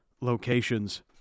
locations